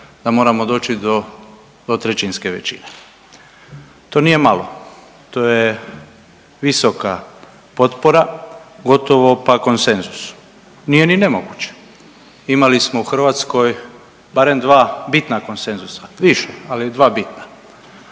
da moramo doći do dvotrećinske većine. To nije malo. To je visoka potpora, gotovo pa konsenzus. Nije ni nemoguće. Imali smo u Hrvatskoj barem dva bitna konsenzusa, više ali dva bitna.